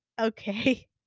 okay